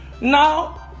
Now